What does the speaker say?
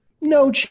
No